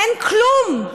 אין כלום.